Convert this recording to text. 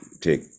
take